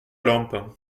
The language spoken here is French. lampe